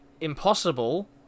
Impossible